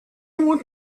want